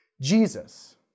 Jesus